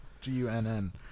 g-u-n-n